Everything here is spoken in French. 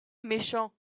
méchant